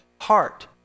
heart